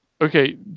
Okay